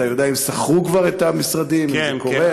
אתה יודע אם שכרו כבר את המשרדים, אם זה קורה?